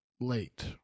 late